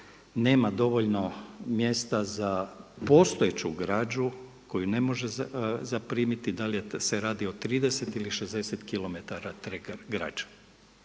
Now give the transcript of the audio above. nema dovoljno mjesta za postojeću građu koju ne može zaprimiti, da li se radi o 30 ili 60km … /Govornik